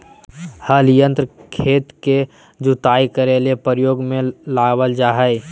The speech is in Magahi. हल यंत्र खेत के जुताई करे ले प्रयोग में लाबल जा हइ